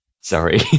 Sorry